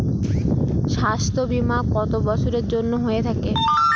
স্বাস্থ্যবীমা কত বছরের জন্য হয়ে থাকে?